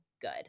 good